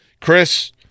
Chris